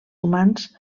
humans